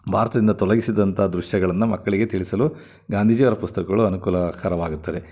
ಭಾರತದಿಂದ ತೊಲಗಿಸಿದಂಥ ದೃಶ್ಯಗಳನ್ನು ಮಕ್ಕಳಿಗೆ ತಿಳಿಸಲು ಗಾಂಧೀಜಿಯವ್ರ ಪುಸ್ತಕಗಳು ಅನುಕೂಲಕರವಾಗುತ್ತದೆ